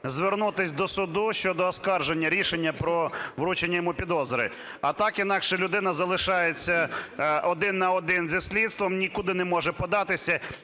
звернутись до суду щодо оскарження рішення про вручення йому підозри. А так інакше людина залишається один на один зі слідством, нікуди не може податися,